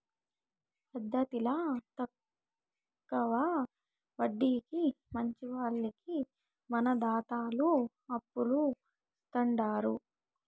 ఈ పద్దతిల తక్కవ వడ్డీకి మంచివారికి మన దాతలు అప్పులు ఇస్తాండారు